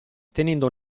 tenendo